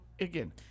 again